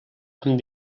amb